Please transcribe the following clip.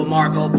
Marco